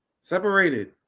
separated